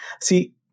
See